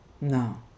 no